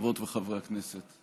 חברות וחברי הכנסת,